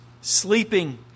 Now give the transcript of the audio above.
sleeping